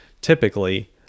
typically